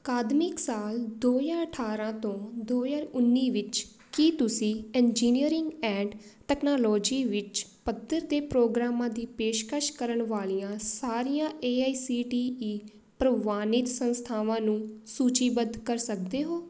ਅਕਾਦਮਿਕ ਸਾਲ ਦੋ ਹਜ਼ਾਰ ਅਠਾਰਾਂ ਤੋਂ ਦੋ ਹਜ਼ਾਰ ਉੱਨੀ ਵਿੱਚ ਕੀ ਤੁਸੀਂ ਇੰਜੀਨੀਅਰਿੰਗ ਐਂਡ ਤਕਨਾਲੋਜੀ ਵਿੱਚ ਪੱਧਰ ਦੇ ਪ੍ਰੋਗਰਾਮਾਂ ਦੀ ਪੇਸ਼ਕਸ਼ ਕਰਨ ਵਾਲੀਆਂ ਸਾਰੀਆਂ A I C T E ਪ੍ਰਵਾਨਿਤ ਸੰਸਥਾਵਾਂ ਨੂੰ ਸੂਚੀਬੱਧ ਕਰ ਸਕਦੇ ਹੋ